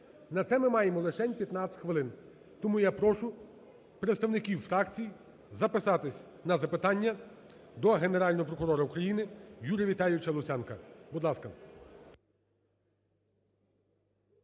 на це ми маємо лишень 15 хвилин. Тому я прошу представників фракції записатись на запитання до Генерального прокурора України Юрія Віталійовича Луценка, будь ласка.